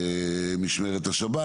משמרת השבת